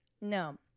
No